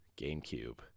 GameCube